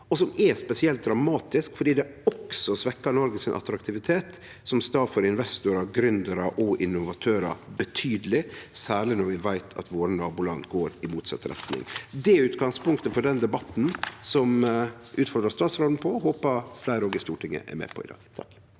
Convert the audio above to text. som er spesielt dramatisk fordi det også svekkjer Noregs attraktivitet som stad for investorar, gründerar og innovatørar betydeleg, særleg når vi veit at våre naboland går i motsett retning. Det er utgangspunktet for denne debatten som eg har utfordra statsråden på, og som eg òg håpar fleire i Stortinget er med på i dag.